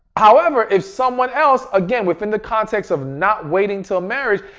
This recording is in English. however, if someone else again, within the context of not waiting till marriage.